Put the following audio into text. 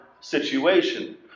situation